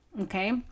Okay